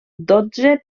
dotze